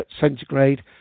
centigrade